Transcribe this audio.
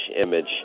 image